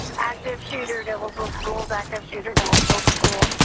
active shooter, noblesville school. active shooter, noblesville school.